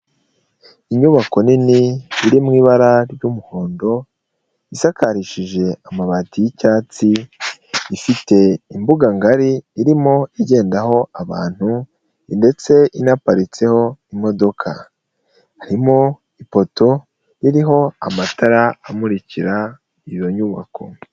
Inyubako nini iri mu ibara ry'umuhondo, isakarishije amabati y'icyatsi, ifite imbuganga ngari irimo igendaho abantu ndetse inaparitseho imodoka, harimo ipoto iriho amatara amuririka iyo nyubako.